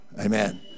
Amen